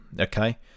okay